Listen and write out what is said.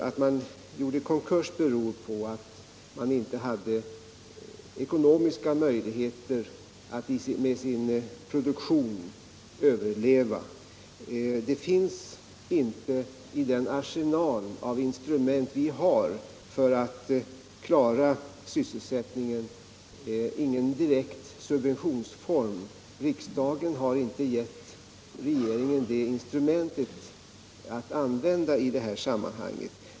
Att företaget gjorde konkurs Om åtgärder för att berodde på att det med den produktion det hade inte hade ekonomiska = trygga sysselsätt möjligheter att överleva. I den arsenal av instrument som vi har för — ningen vid Magna att klara sysselsättningen finns ingen direkt subventionsform. Riksdagen — Konfektion i har inte gett regeringen det instrumentet för sådana här fall.